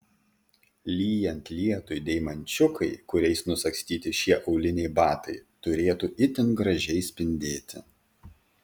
lyjant lietui deimančiukai kuriais nusagstyti šie auliniai batai turėtų itin gražiai spindėti